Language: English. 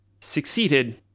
succeeded